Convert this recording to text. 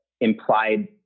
implied